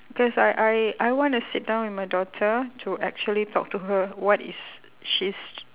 cause I I I wanna sit down with my daughter to actually talk to her what is she's